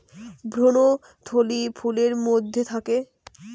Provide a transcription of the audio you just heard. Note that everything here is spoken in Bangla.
ভ্রূণথলি ফুলের মধ্যে থাকে